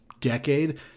Decade